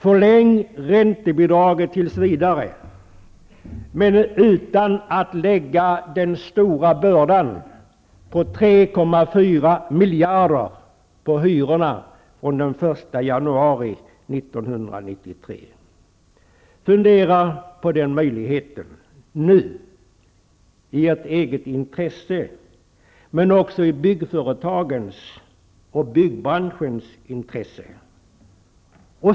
Förläng giltighetstiden för räntebidraget tills vidare, men utan att lägga den stora bördan på 3,4 miljarder på hyrorna den 1 januari 1993. Fundera på den möjligheten nu! Det ligger i ert intresse men också i byggföretagens och byggbranschens intresse.